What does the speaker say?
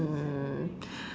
mm